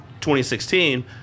2016